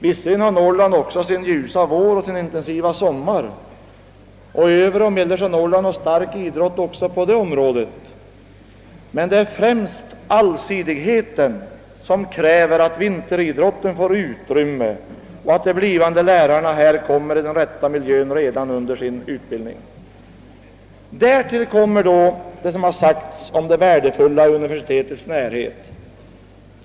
Visserligen har Norrland också sin ljusa vår och sin intensiva sommar, och i övre och mellersta Norrland utövas livligt idrott även under dessa årstider. Men allsidigheten kräver att vinteridrotten får ett betydande utrymme och att de blivande gymnastiklärarna lär känna den rätta miljön därför redan under sin utbildning. Därtill kommer vad som sagts om det värdefulla i universitetets närhet.